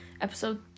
episode